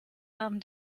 haben